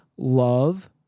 Love